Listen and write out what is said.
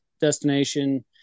destination